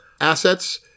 assets